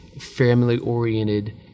family-oriented